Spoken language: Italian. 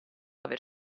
aver